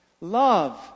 Love